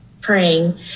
praying